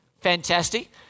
Fantastic